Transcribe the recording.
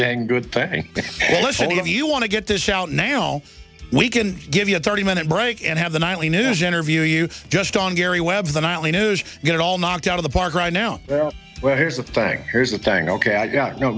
dang good thing listen if you want to get this out now we can give you a thirty minute break and have the nightly news interview you just on gary webb the nightly news get it all knocked out of the park right now well here's the thing here's the thing ok i got no